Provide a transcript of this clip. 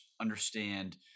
understand